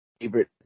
favorite